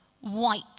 white